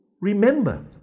remember